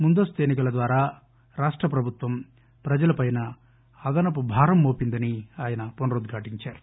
ముందస్తు ఎన్ని కల ద్వారా రాష్ట ప్రభుత్వం ప్రజలపైన అదనపు భారం మోపిందని ఆయన పునరుద్ఘాటించారు